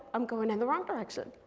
i'm going in the wrong direction.